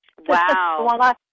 Wow